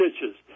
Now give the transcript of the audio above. stitches